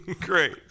Great